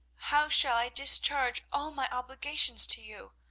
how shall i discharge all my obligations to you?